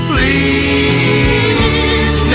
Please